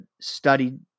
studied